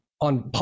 on